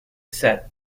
set